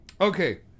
okay